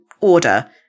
order